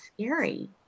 scary